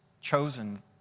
chosen